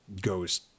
goes